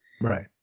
Right